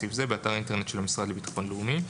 סעיף זה באתר האינטרנט של המשרד לביטחון לאומי".